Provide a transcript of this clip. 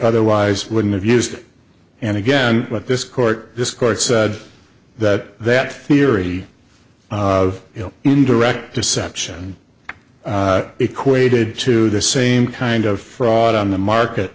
otherwise wouldn't have used it and again what this court this court said that that theory of indirect deception equated to the same kind of fraud on the market